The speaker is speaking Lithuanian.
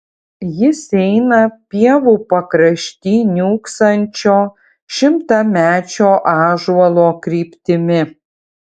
jis eina pievų pakrašty niūksančio šimtamečio ąžuolo kryptimi